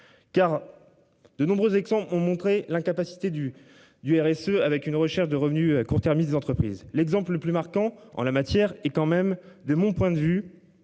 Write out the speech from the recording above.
car. De nombreux exemples ont montré l'incapacité du du RSE avec une recherche de revenus à court terme des entreprises. L'exemple le plus marquant en la matière et quand même de mon point de vue